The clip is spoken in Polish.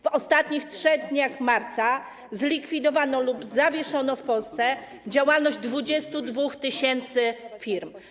W ostatnich trzech dniach marca zlikwidowano lub zawieszono w Polsce działalność 22 tys. firm.